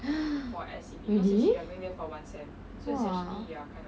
really !wah!